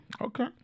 Okay